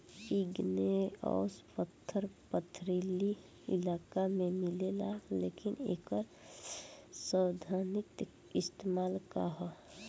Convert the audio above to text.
Igneous पत्थर पथरीली इलाका में मिलेला लेकिन एकर सैद्धांतिक इस्तेमाल का ह?